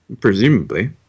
Presumably